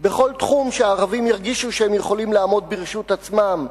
בכל תחום שהערבים ירגישו שהם יכולים לעמוד ברשות עצמם,